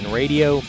radio